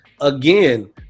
again